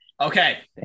Okay